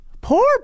Poor